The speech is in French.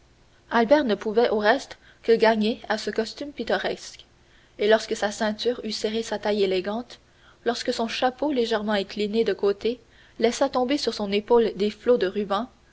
albert ne pouvait au reste que gagner à ce costume pittoresque et lorsque sa ceinture eut serré sa taille élégante lorsque son chapeau légèrement incliné de côté laissa tomber sur son épaule des flots de rubans